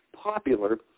popular